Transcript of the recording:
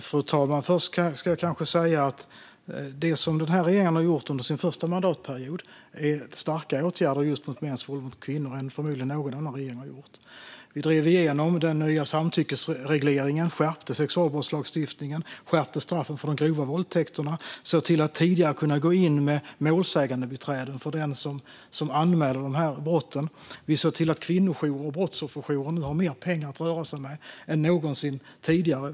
Fru talman! Först ska jag kanske säga att de åtgärder som denna regering har vidtagit under sin första mandatperiod just vad gäller mäns våld mot kvinnor förmodligen är starkare än någon annan regerings åtgärder. Vi har drivit igenom den nya samtyckesregleringen, skärpt sexualbrottslagstiftningen, skärpt straffen för de grova våldtäkterna och sett till att tidigare kunna gå in med målsägandebiträden för den som anmäler dessa brott. Vi har sett till att kvinnojourer och brottsofferjourer nu har mer pengar att röra sig med än någonsin tidigare.